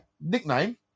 Nickname